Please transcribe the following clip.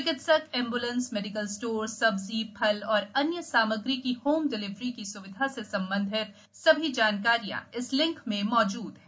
चिकित्सक ambulance medical store सब्जी फल और अन्य सामग्री की होम डिलवरी की स्विधा से संबंधित सभी जानकारियाँ इस लिंक में मौजूद है